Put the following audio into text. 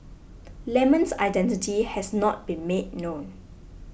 lemon's identity has not been made known